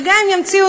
וגם אם ימציאו,